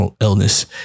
illness